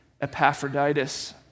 Epaphroditus